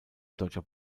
deutscher